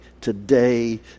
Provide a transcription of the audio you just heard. today